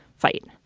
fight,